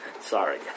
Sorry